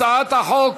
הצעת החוק